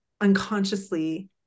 unconsciously